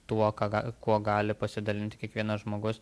tuo ką ga kuo gali pasidalinti kiekvienas žmogus